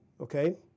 okay